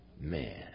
man